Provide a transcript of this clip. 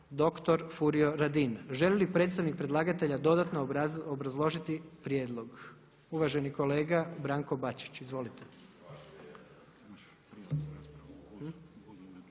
na sjednici. Želi li predstavnik predlagatelja dodatno obrazložiti prijedlog? Uvaženi kolega Žarko Katić, državni